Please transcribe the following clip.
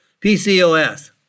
PCOS